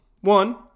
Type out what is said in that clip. One